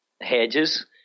Hedges